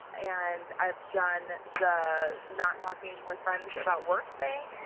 and i've done the not talking with friends about work thing.